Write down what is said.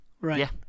right